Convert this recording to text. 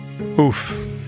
Oof